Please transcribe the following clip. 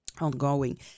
ongoing